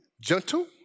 gentle